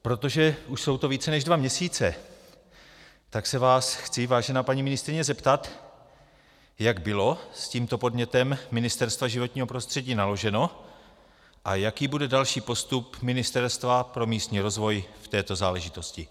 Protože jsou to už více než dva měsíce, chci se vás, vážená paní ministryně, zeptat, jak bylo s tímto podnětem Ministerstva životního prostředí naloženo a jaký bude další postup Ministerstva pro místní rozvoj v této záležitosti.